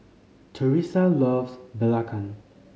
Teressa loves Belacan